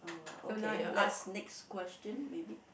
uh okay let's next question maybe